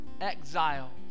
exiles